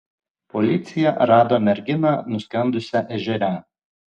policija rado merginą nuskendusią ežere